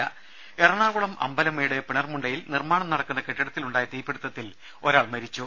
ദേദ എറണാകുളം അമ്പലമേട് പിണർമുണ്ടയിൽ നിർമ്മാണം നടക്കുന്ന കെട്ടിടത്തിൽ ഉണ്ടായ തീപിടുത്തത്തിൽ ഒരാൾ മരിച്ചു